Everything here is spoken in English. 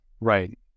right